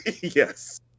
Yes